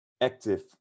active